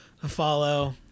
Follow